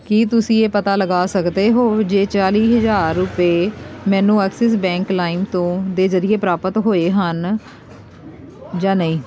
ਕੀ ਤੁਸੀਂਂ ਇਹ ਪਤਾ ਲਗਾ ਸਕਦੇ ਹੋ ਜੇ ਚਾਲੀ ਹਜ਼ਾਰ ਰੁਪਏ ਮੈਨੂੰ ਐਕਸਿਸ ਬੈਂਕ ਲਾਇਮ ਤੋਂ ਦੇ ਜ਼ਰੀਏ ਪ੍ਰਾਪਤ ਹੋਏ ਹਨ ਜਾਂ ਨਹੀਂ